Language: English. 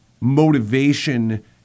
motivation